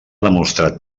demostrat